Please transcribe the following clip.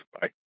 bye